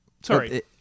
Sorry